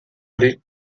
ari